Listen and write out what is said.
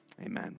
amen